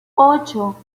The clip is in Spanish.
ocho